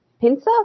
pincer